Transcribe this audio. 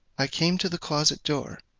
i came to the closet-door,